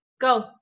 Go